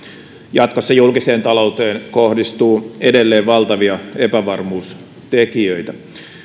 jatkossa julkiseen talouteen kohdistuu edelleen valtavia epävarmuustekijöitä